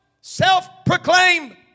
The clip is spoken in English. self-proclaimed